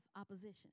opposition